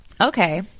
Okay